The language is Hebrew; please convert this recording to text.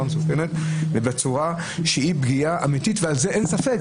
מסוכנת ובצורה שמהווה פגיעה אמיתית ואין ספק.